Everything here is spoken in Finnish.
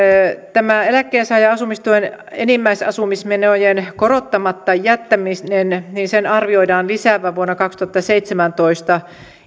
tämän eläkkeensaajan asumistuen enimmäisasumismenojen korottamatta jättämisen arvioidaan lisäävän vuonna kaksituhattaseitsemäntoista